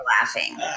laughing